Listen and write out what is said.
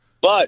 but-